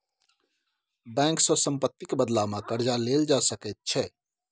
bank सँ सम्पत्तिक बदलामे कर्जा लेल जा सकैत छै